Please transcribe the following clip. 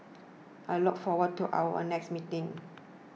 I look forward to our next meeting